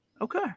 okay